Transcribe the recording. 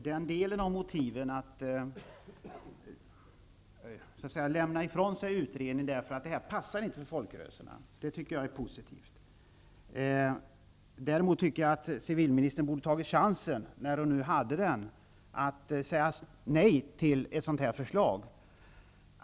Herr talman! Jag tycker att det är positivt att man lämnar ifrån sig utredningen med motiveringen att detta inte passar för folkrörelserna. Däremot tycker jag att civilministern borde ha tagit chansen, när hon nu hade den, att säga nej till ett sådant här förslag.